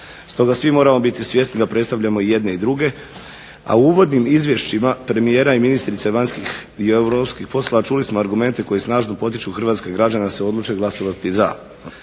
svi moramo biti svjesni da predstavljamo jedne i druge, a u uvodnim izvješćima premijera i ministrice vanjskih i europskih poslova čuli smo argumente koji snažno potiču hrvatske građane da se odluče glasovati za.